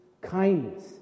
kindness